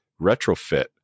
retrofit